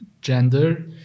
Gender